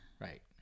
Right